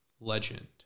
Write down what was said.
legend